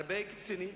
הרבה קצינים,